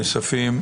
בוקר טוב לנאספים.